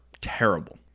Terrible